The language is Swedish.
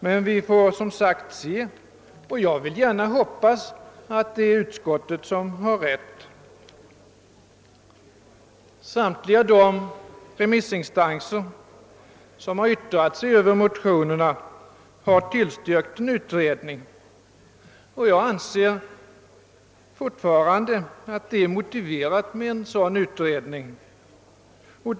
Men vi får som sagt snart se forskningsberedningens rapporter, och jag önskar att utskottet har rätt. Samtliga de remissinstanser, som har yttrat sig över motionerna, har tillstyrkt en utredning, och jag anser fortfarande att en sådan utredning är motiverad.